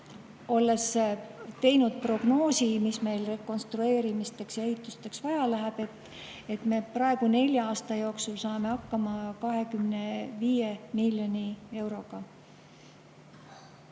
oleme prognoosinud, mis meil rekonstrueerimisteks ja ehitusteks vaja läheb –, et nelja aasta jooksul saame hakkama 25 miljoni euroga.